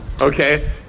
okay